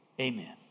Amen